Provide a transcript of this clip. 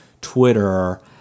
Twitter